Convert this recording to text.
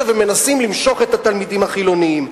ומנסים למשוך את התלמידים החילונים,